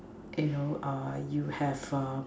you know err you have err